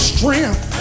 Strength